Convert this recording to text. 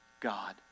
God